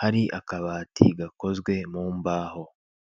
hari akabati gakozwe mu mbaho.